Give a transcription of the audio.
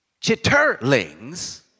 chitterlings